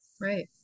Right